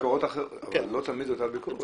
לא תמיד זו אותה ביקורת.